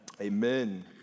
amen